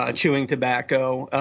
ah chewing tobacco,